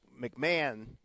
McMahon